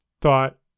thought